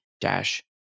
dash